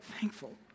thankful